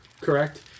correct